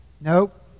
Nope